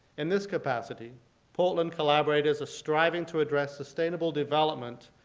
in this capacity portland collaborators are striving to address sustainable development